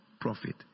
profit